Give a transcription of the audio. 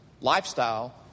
lifestyle